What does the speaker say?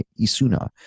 Isuna